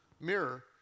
mirror